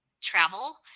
travel